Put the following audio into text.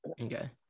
Okay